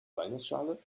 walnussschale